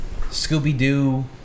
Scooby-Doo